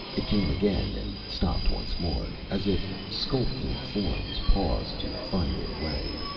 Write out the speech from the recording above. it came again, and stopped once more. as if skulking forms paused to find their way.